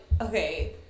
okay